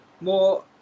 More